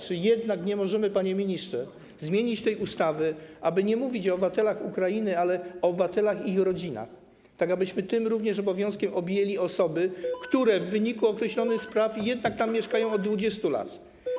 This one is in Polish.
Czy jednak nie możemy, panie ministrze, zmienić tak tej ustawy, aby nie mówić o obywatelach Ukrainy, ale o obywatelach Ukrainy i ich rodzinach, tak abyśmy tym również obowiązkiem objęli osoby, które w wyniku określonych spraw jednak tam mieszkają od 20 lat?